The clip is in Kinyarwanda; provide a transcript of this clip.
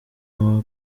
muri